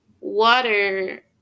Water